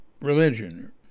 religion